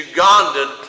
Ugandan